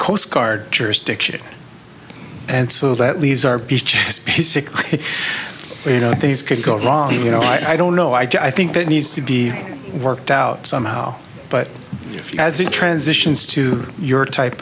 coast guard jurisdiction and so that leaves our peace you know things could go wrong you know i don't know i think that needs to be worked out somehow but as it transitions to your type